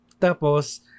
Tapos